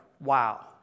wow